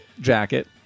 jacket